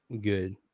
good